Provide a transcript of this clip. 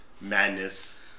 madness